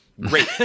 Great